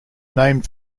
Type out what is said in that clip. named